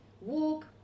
Walk